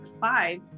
five